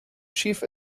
chief